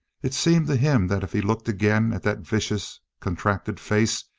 it seemed to him that if he looked again at that vicious, contracted face,